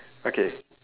okay